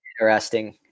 interesting